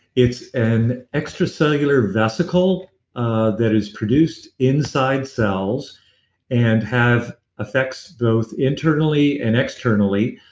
it's an extracellular vesicle that is produced inside cells and have effects both internally and externally.